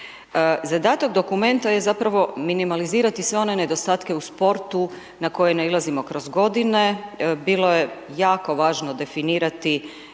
Zadatak dokumenta je zapravo minimalizirati sve one nedostatke u sportu na koje nailazimo kroz godine, bilo je jako važno definirati